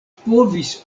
povis